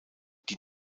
die